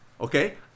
okay